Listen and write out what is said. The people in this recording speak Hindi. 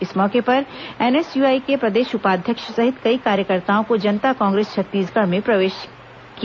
इस मौके पर एनएसयूआई के प्रदेश उपाध्यक्ष सहित कई कार्यकर्ताओं ने जनता कांग्रेस छत्तीसगढ़ में प्रवेश किया